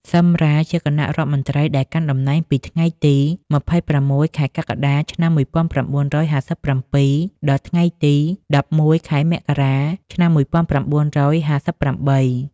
ស៊ឹម រ៉ា ជាគណៈរដ្ឋមន្ត្រីដែលកាន់តំណែងពីថ្ងៃទី ២៦ ខែកក្កដា ឆ្នាំ១៩៥៧ ដល់ថ្ងៃទី ១១ ខែមករា ឆ្នាំ១៩៥៨។